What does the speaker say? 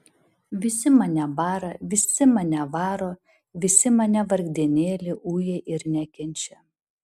visi mane bara visi mane varo visi mane vargdienėlį uja ir nekenčia